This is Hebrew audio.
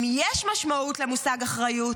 אם יש משמעות למושג "אחריות",